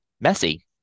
messy